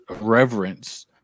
reverence